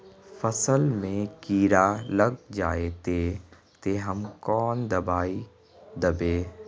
फसल में कीड़ा लग जाए ते, ते हम कौन दबाई दबे?